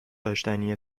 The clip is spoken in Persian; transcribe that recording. داشتنیه